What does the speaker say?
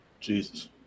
Jesus